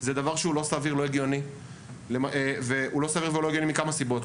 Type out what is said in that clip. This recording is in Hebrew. זה דבר שהוא לא סביר ולא הגיוני מכמה סיבות.